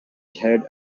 had